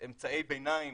אמצעי ביניים